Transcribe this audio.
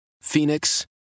Phoenix